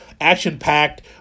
action-packed